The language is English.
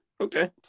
Okay